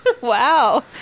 Wow